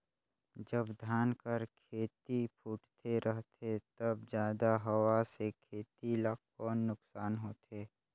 जब धान कर खेती फुटथे रहथे तब जादा हवा से खेती ला कौन नुकसान होथे?